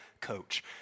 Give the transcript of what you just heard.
coach